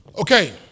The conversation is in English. Okay